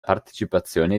partecipazione